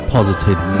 positive